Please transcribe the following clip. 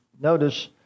Notice